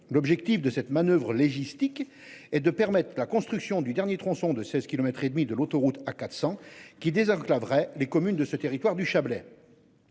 L'objectif de cette manoeuvrent logistique et de permettre la construction du dernier tronçon de 16 kilomètres et demi de l'autoroute A quatre 400 qui désenclave les communes de ce territoire du Chablais.